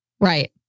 Right